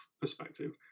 perspective